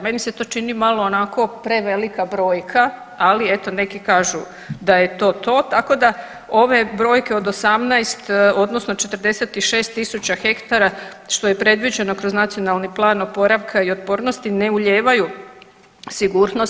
Meni se to čini malo onako prevelika brojka, ali eto neki kažu da je to to, tako da ove brojke od 18 odnosno 46.000 hektara što je predviđeno kroz Nacionalni plan oporavka i otpornosti ne ulijevaju sigurnost.